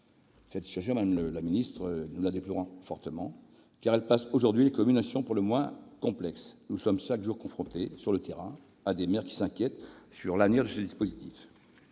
Cette situation, madame la ministre, nous la déplorons fortement, car elle place aujourd'hui les communes dans une position pour le moins complexe. Nous sommes chaque jour confrontés, sur le terrain, à des maires qui s'inquiètent de l'avenir de ce dispositif